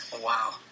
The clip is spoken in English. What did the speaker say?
wow